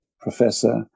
professor